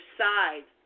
side